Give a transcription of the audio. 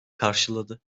karşıladı